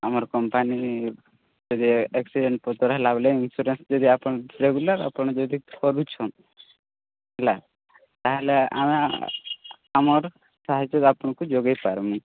ଆମର କମ୍ପାନୀରେ ଏକ୍ସଚେଞ୍ଜ ପତର ହେଲା ବେଲେ ଇନସୁରାନ୍ସ ଯଦି ଆପଣ ରେଗୁଲାର୍ ଆପଣ ଯଦି ଭରୁଛନ୍ ହେଲା ତା'ହେଲେ ଆମେ ଆମର ସାହାଯ୍ୟ ଆପଣଙ୍କୁ ଯୋଗାଇ ପାରମୁ